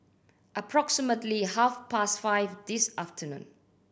approximately half past five this afternoon